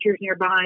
nearby